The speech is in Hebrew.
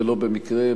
ולא במקרה,